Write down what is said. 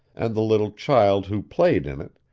and the little child who played in it,